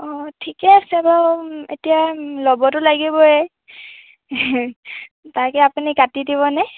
অঁ ঠিকে আছে বাৰু এতিয়া ল'বতো লাগিবই তাকে আপুনি কাটি দিবনে